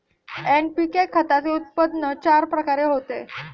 NPK खताचे उत्पन्न चार प्रकारे होते